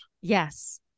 Yes